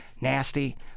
nasty